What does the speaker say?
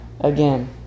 again